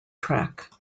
track